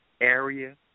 area